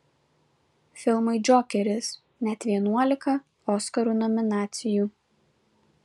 filmui džokeris net vienuolika oskarų nominacijų